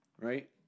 Right